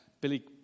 Billy